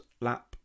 lap